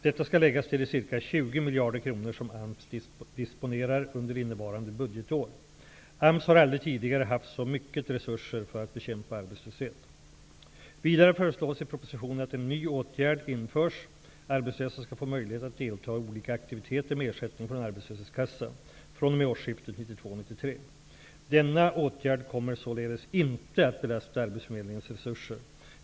Detta skall läggas till de ca 20 miljarder kronor som AMS disponerar under innevarande budgetår. AMS har aldrig tidigare haft så mycket resurser för att bekämpa arbetslösheten. Vidare föreslås i propositionen att en ny åtgärd införs. Arbetslösa skall få möjlighet att delta i olika aktiviteter med ersättning från arbetslöshetskassan fr.o.m. årsskiftet 1992/93. Denna åtgärd kommer således inte att belasta arbetsförmedlingens resurser.